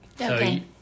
Okay